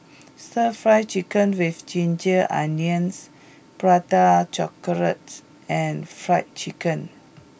Stir Fried Chicken with Ginger Onions Prata Chocolate and Fried Chicken